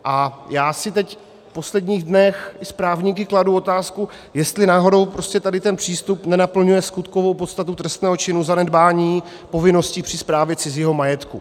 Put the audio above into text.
A já si teď v posledních dnech s právníky kladu otázku, jestli náhodou tady ten přístup nenaplňuje skutkovou podstatu trestného činu zanedbání povinností při správě cizího majetku.